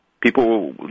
people